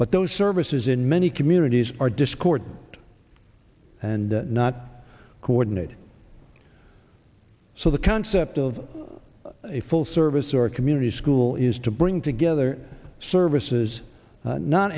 but those services in many communities are discordant and not coordinated so the concept of a full service or a community school is to bring together services